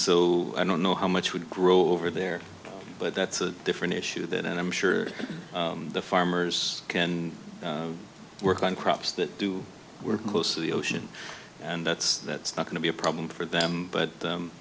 so i don't know how much would grow over there but that's a different issue than and i'm sure the farmers can work on crops that do work most of the ocean and that's that's not going to be a problem for them but